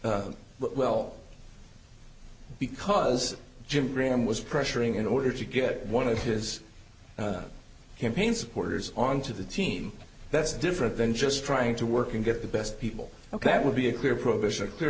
what will because jim graham was pressuring in order to get one of his campaign supporters onto the team that's different than just trying to work and get the best people ok that would be a clear prohibition a clear